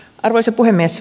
arvoisa puhemies